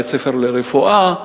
בית-ספר לרפואה.